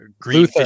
green